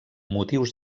motius